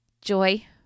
joy